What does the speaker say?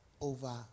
over